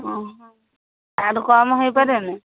ତା ଠାରୁ କମ୍ ହେଇ ପାରିବନି